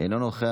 אינו נוכח.